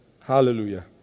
Hallelujah